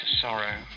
sorrow